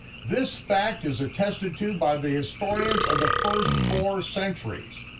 this fact is attested to by the historians of the first four centuries.